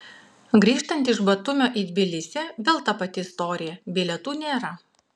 grįžtant iš batumio į tbilisį vėl ta pati istorija bilietų nėra